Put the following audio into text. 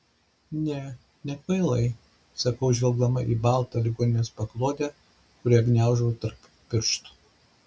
ne nekvailai sakau žvelgdama į baltą ligoninės paklodę kurią gniaužau tarp pirštų